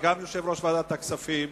גם יושב-ראש ועדת הכספים,